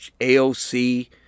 AOC